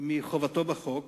מחובתו בחוק.